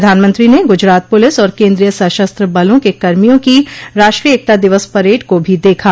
प्रधानमंत्री ने गुजरात पुलिस और केन्द्रीय सशस्त्र बलों के कर्मियों की राष्ट्रीय एकता दिवस परेड को भी देखा